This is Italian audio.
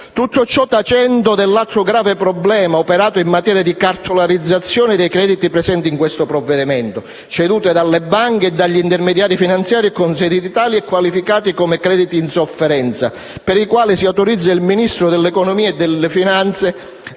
tutto ciò avviene tacendo dell'altro grave problema operato in materia di cartolarizzazione dei crediti presente in questo provvedimento, ceduti dalle banche e dagli intermediari finanziari con sede in Italia e qualificati come crediti in sofferenza, per i quali si autorizza il Ministro dell'economia e delle finanze